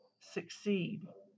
succeed